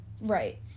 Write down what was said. Right